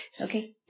Okay